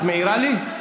את מעירה לי?